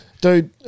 Dude